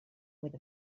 with